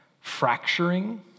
fracturing